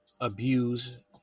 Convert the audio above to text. abuse